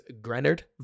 Grenard